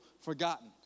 forgotten